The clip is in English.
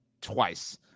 Twice